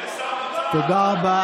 זה לא בעיה